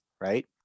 right